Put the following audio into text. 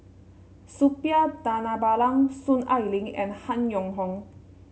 Suppiah Dhanabalan Soon Ai Ling and Han Yong Hong